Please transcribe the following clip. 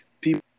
people